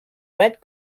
red